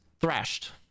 thrashed